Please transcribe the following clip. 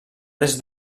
des